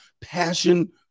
passion